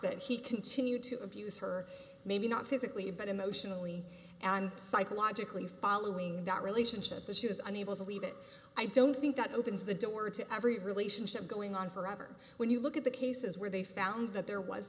that he continued to abuse her maybe not physically but emotionally and psychologically following that relationship that she was unable to leave it i don't think that opens the door to every relationship going on forever when you look at the cases where they found that there was